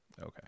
okay